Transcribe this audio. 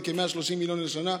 זה כ-130 מיליון לשנה,